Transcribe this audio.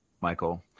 Michael